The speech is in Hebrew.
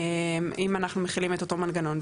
אם אנחנו מחילים את אותו מנגנון?